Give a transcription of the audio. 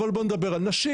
אבל בוא נדבר על נשים,